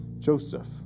Joseph